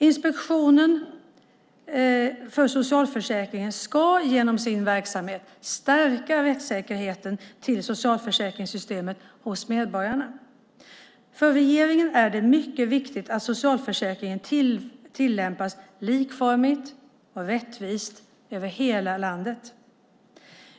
Inspektionen för socialförsäkringen ska genom sin verksamhet stärka rättssäkerheten när det gäller socialförsäkringssystemet hos medborgarna. För regeringen är det mycket viktigt att socialförsäkringarna tillämpas likformigt och rättvist över hela landet.